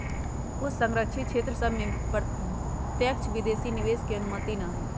कुछ सँरक्षित क्षेत्र सभ में प्रत्यक्ष विदेशी निवेश के अनुमति न हइ